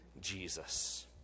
Jesus